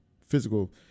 physical